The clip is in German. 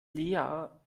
lea